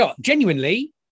genuinely